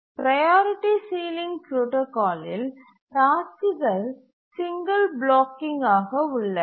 priority ceiling புரோடாகாலில் டாஸ்க்குகள் single blocking ஆக உள்ளன